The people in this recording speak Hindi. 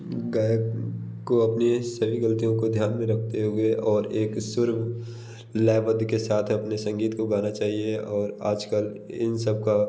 गायक को अपनी सभी ग़ल्तियों को ध्यान में रखते हुए और एक सुर लयबद्ध के साथ अपने संगीत को गाना चाहिए और आज कल इन सब का